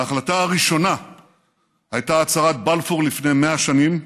ההחלטה הראשונה הייתה הצהרת בלפור לפני 100 שנים,